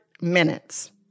minutes—